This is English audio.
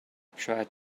tried